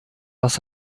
was